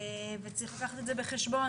צריך לקחת את זה בחשבון,